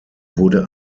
wurde